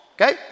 Okay